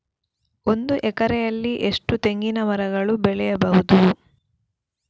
ಒಂದು ಎಕರೆಯಲ್ಲಿ ಎಷ್ಟು ತೆಂಗಿನಮರಗಳು ಬೆಳೆಯಬಹುದು?